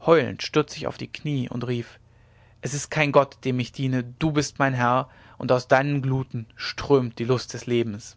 heulend stürzte ich auf die knie und rief es ist kein gott dem ich diene du bist mein herr und aus deinen gluten strömt die lust des lebens